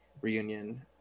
reunion